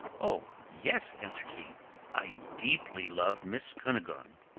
oh yes, answered he i deeply love miss cunegonde.